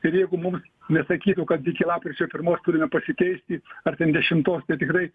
ir jeigu mums nesakytų kad iki lapkričio pirmos turime pasikeisti ar ten dešimtos tai tikrai